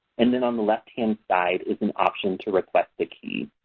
and then on the left-hand side is an option to request a key.